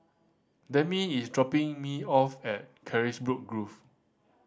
Demi is dropping me off at Carisbrooke Grove